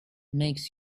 makes